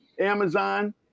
Amazon